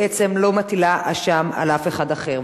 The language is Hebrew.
בעצם לא מטילה אשם על אף אחד אחר.